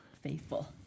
faithful